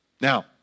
Now